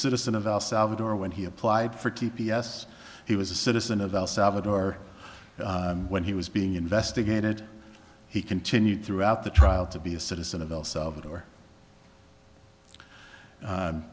citizen of el salvador when he applied for t p s he was a citizen of el salvador when he was being investigated he continued throughout the trial to be a citizen of el salvador